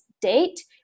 date